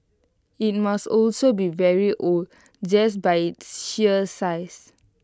IT must also be very old just by its sheer size